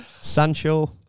Sancho